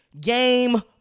Game